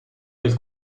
del